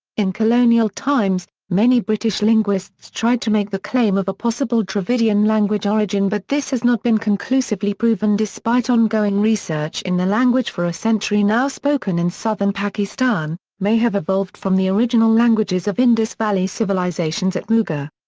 in colonial times, many british linguists tried to make the claim of a possible dravidian language origin but this has not been conclusively proven despite ongoing research in the language for a century now. spoken in southern pakistan, may have evolved from the original languages of indus valley civilizations at mehrgarh.